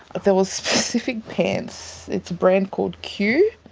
there was specific pants, it's a brand called cue,